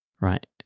right